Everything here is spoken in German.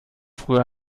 früher